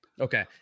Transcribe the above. Okay